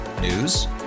News